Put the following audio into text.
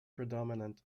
predominant